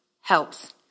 helps